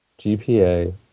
GPA